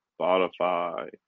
Spotify